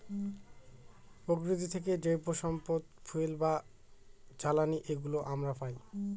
প্রকৃতি থেকে জৈব সম্পদ ফুয়েল বা জ্বালানি এগুলো আমরা পায়